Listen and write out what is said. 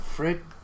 Fred